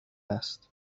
است